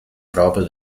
proprio